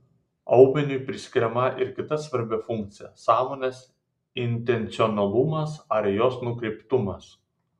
aumeniui priskiriama ir kita svarbi funkcija sąmonės intencionalumas ar jos nukreiptumas